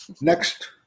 Next